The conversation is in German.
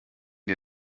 dir